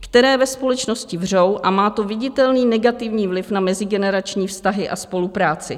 které ve společnosti vřou a má to viditelný negativní vliv na mezigenerační vztahy a spolupráci.